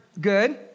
good